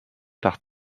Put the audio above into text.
par